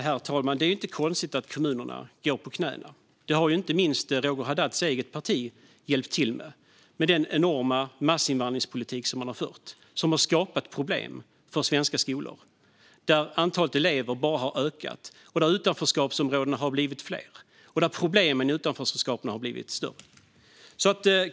Herr talman! Det är inte konstigt att kommunerna går på knäna. Det har inte minst Roger Haddads eget parti hjälpt till med, med den enorma massinvandringspolitik som man har fört och som har skapat problem för svenska skolor. Antalet elever har bara ökat, utanförskapsområdena har blivit fler och problemen i utanförskapet har blivit större.